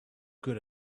good